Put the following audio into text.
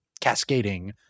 cascading